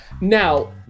Now